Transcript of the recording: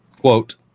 Quote